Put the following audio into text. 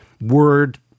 Word